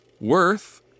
Worth